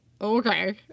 Okay